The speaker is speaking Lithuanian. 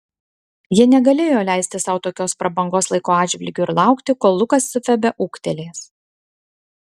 jie negalėjo leisti sau tokios prabangos laiko atžvilgiu ir laukti kol lukas su febe ūgtelės